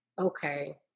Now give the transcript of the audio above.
okay